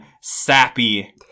sappy